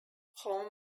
home